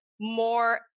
more